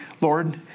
Lord